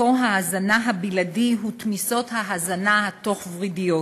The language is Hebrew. מקור ההזנה הבלעדי הוא תמיסות ההזנה התוך-ורידיות,